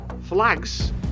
Flags